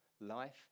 life